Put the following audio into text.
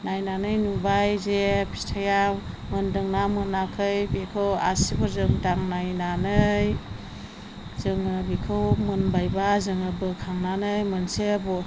नायनानै नुबाय जे फिथायाव मोन्दोंना मोनाखै बेखौ आसिफोरजों दांनायनानै जोङो बिखौ मोनबायबा जोङो बोखांनानै मोनसे